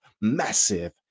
massive